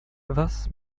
was